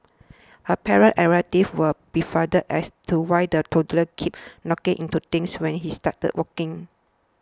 her parents and relatives were befuddled as to why the toddler kept knocking into things when she started walking